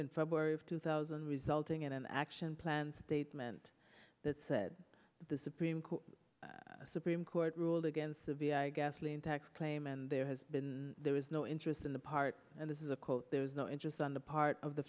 in february of two thousand resulting in an action plan statement that said the supreme court supreme court ruled against the v a gasoline tax claim and there has been there was no interest in the part and this is a quote there is no interest on the part of the